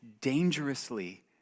dangerously